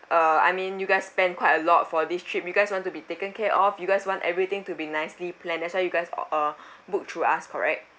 uh I mean you guys spent quite a lot for this trip you guys want to be taken care of you guys want everything to be nicely planned that's why you guys o~ uh book through us correct